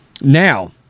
Now